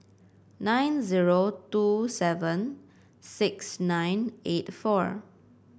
nine zero two seven six nine eight four